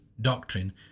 doctrine